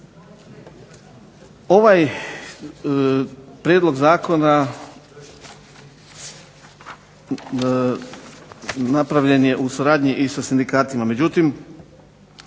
Ovaj prijedlog zakona napravljen je u suradnji i sa sindikatima.